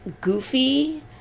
goofy